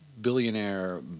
billionaire